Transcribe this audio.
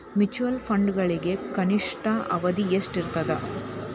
mutual ಫಂಡ್ಗಳಿಗೆ ಕನಿಷ್ಠ ಅವಧಿ ಎಷ್ಟಿರತದ